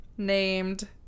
Named